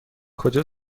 کجا